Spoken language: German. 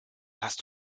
hast